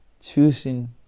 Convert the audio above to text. choosing